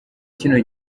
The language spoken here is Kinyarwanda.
kino